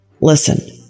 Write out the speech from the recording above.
Listen